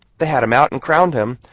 they had him out and crowned him,